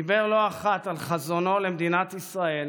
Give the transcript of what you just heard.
דיבר לא אחת על חזונו למדינת ישראל